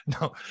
no